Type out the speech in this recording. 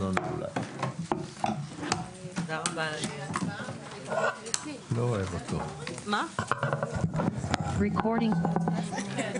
הישיבה ננעלה בשעה 10:45.